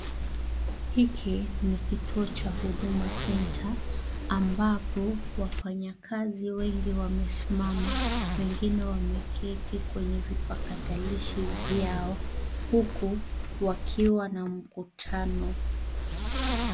Hiki ni kituo cha huduma centre, ambapo wafanyakazi wengi wamesimama, pengine wameketi kwenye vipatakilishi vyao huku wakiwa na mkutano.